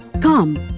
Come